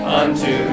unto